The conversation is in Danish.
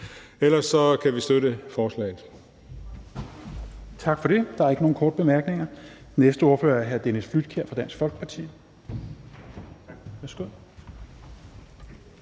Ellers kan vi støtte forslaget.